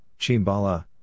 Chimbala